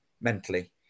mentally